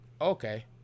Okay